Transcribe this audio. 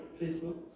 Facebook